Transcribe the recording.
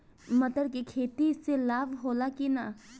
मटर के खेती से लाभ होला कि न?